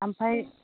ओमफ्राय